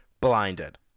blinded